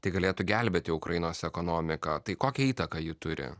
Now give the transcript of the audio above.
tai galėtų gelbėti ukrainos ekonomiką tai kokią įtaką ji turi